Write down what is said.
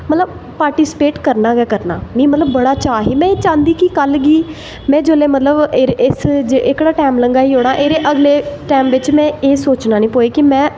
मतलव पार्टिसिपेट करना गै करना बड़ा चा हा में चाह्दी ही कि जिसलै मतलव एह्कड़ा टैम लंघाई ओड़ां अगले टैम बिच्च में एह् सोचना नी पवै कि में